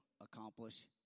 accomplish